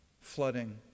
flooding